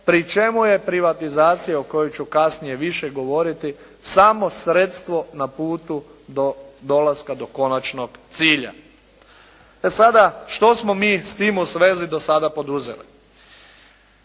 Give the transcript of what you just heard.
pri čemu je privatizacija o kojoj ću kasnije više govoriti, samo sredstvo na putu do dolaska do konačnog cilja. E sada što smo mi s tim u svezi do sada poduzeli?